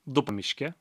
du pamiške